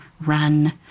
run